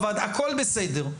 הכול בסדר,